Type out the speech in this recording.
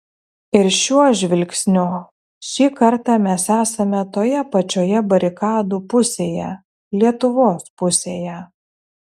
ir šiuo žvilgsniu šį kartą mes esame toje pačioje barikadų pusėje lietuvos pusėje